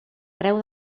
creu